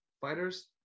fighters